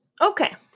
Okay